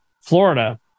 Florida